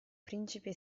principe